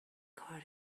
کار